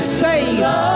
saves